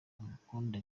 amukunda